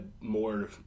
more